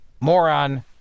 Moron